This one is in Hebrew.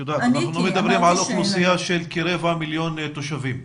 אנחנו מדברים על אוכלוסייה של כרבע מיליון תושבים.